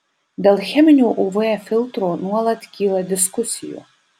dėl cheminių uv filtrų nuolat kyla diskusijų